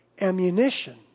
ammunition